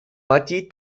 mati